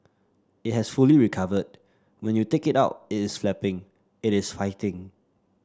it has fully recovered when you take it out it's flapping it is fighting